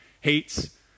hates